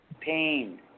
pain